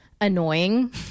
annoying